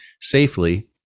safely